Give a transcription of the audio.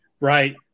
right